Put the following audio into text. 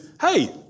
hey